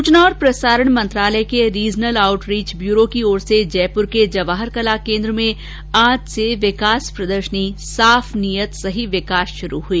सूचना और प्रसारण मंत्रालय के रीजनल आउटरीच ब्यूरो की ओर से जयपुर के जवाहर कला केन्द्र में आज से विकास प्रदर्शनी साफ नीयत सही विकास शुरू हुई